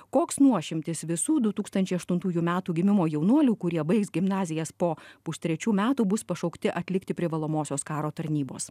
koks nuošimtis visų du tūkstančiai aštuntųjų metų gimimo jaunuolių kurie baigs gimnazijas po pustrečių metų bus pašaukti atlikti privalomosios karo tarnybos